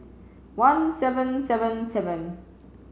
one seven seven seven